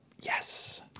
Yes